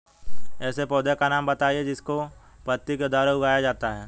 ऐसे पौधे का नाम बताइए जिसको पत्ती के द्वारा उगाया जाता है